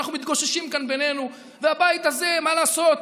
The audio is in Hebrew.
אנחנו מתגוששים כאן בינינו, ובבית הזה, מה לעשות,